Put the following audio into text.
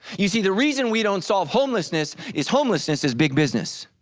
you see the reason we don't solve homelessness, is homelessness is big business.